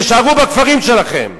תישארו בכפרים שלכם.